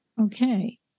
Okay